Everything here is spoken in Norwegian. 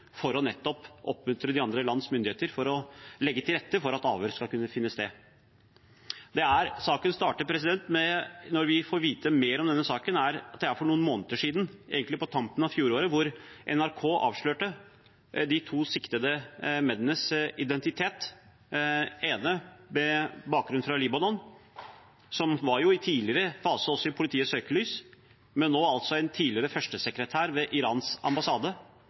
for å oppmuntre de andre landenes myndigheter til å legge til rette for at avhør skal kunne finne sted. Saken startet med at vi fikk vite mer om dette for noen måneder siden, egentlig på tampen av fjoråret, da NRK avslørte de to siktede mennenes identitet. Den ene har bakgrunn fra Libanon og var i tidligere fase i politiets søkelys. Men det er også en tidligere førstesekretær ved Irans ambassade,